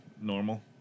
normal